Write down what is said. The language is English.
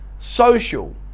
Social